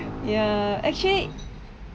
ya actually